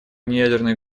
неядерных